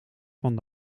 van